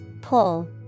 Pull